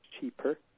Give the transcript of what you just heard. cheaper